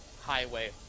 highway